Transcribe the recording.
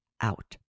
out